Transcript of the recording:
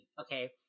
okay